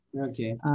Okay